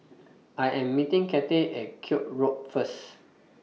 I Am meeting Cathey At Koek Road First